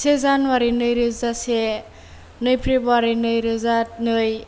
से जानुवारि नै रोजा से नै फेब्रुवारि नै रोजा नै